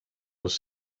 els